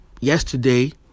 yesterday